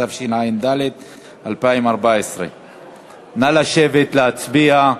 התשע"ד 2014. נא לשבת להצביע.